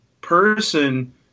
person